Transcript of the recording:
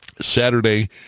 Saturday